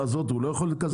לא יכול את הקפה ועוגה לקזז?